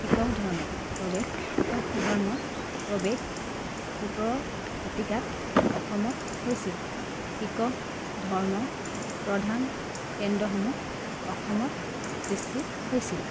শিখ ধৰ্মৱেশ শিখ ধৰ্মৰ প্ৰৱেশ সোতৰ শতিকাত অসমত হৈছিল শিখ ধৰ্মৰ প্ৰধান কেন্দ্ৰসমূহ অসমত সৃষ্টি হৈছিল